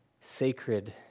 sacred